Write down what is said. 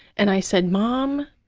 and i said, mom,